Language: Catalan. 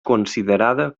considerada